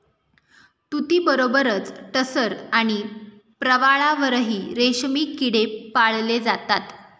तुतीबरोबरच टसर आणि प्रवाळावरही रेशमी किडे पाळले जातात